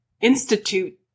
institute